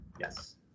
Yes